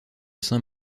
saint